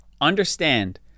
Understand